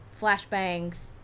flashbangs